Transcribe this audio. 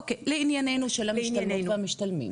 אוקי לענייננו של המשתלמות והמשתלמים.